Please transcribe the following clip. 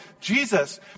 Jesus